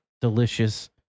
delicious